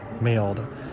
mailed